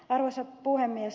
arvoisa puhemies